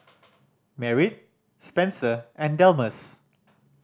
Merritt Spenser and Delmus